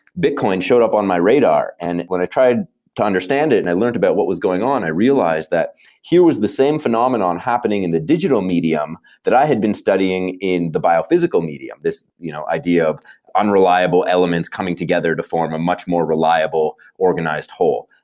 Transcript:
bitcoin showed up on my radar, and when i tried to understand it and i learned about what was going on, i realized that here was the same phenomenon happening in the digital medium that i had been studying in the biophysical media. this you know idea of unreliable elements coming together to form a much more reliable organized whole.